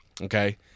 Okay